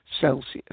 Celsius